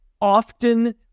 Often